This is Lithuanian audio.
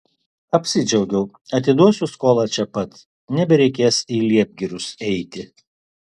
apsidžiaugiau atiduosiu skolą čia pat nebereikės į liepgirius eiti